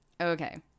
okay